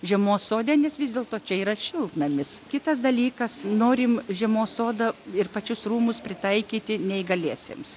žiemos sode nes vis dėlto čia yra šiltnamis kitas dalykas norim žiemos sodą ir pačius rūmus pritaikyti neįgaliesiems